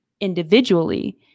individually